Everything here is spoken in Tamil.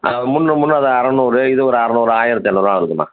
முந்னூறு முந்னூறு அறநூறு இது ஒரு அறநூறு ஆயிரத்து இரநூறுவா வருதும்மா